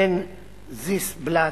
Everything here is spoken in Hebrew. אלן זיסבלט,